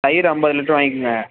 தயிர் ஐம்பது லிட்ரு வாங்கிக்கங்க